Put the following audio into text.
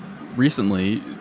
recently